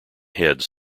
heads